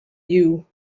you